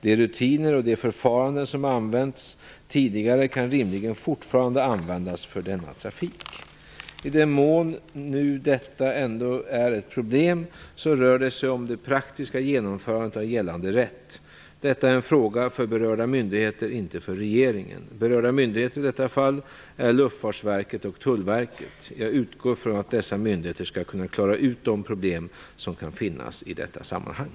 De rutiner och de förfaranden som använts tidigare kan rimligen fortfarande användas för denna trafik. I den mån detta nu ändå är ett problem så rör det sig om det praktiska genomförandet av gällande rätt. Detta är en fråga för berörda myndigheter, inte för regeringen. Berörda myndigheter i detta fall är Luftfartsverket och Tullverket. Jag utgår från att dessa myndigheter skall kunna klara ut de problem som kan finns i detta sammanhang.